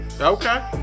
Okay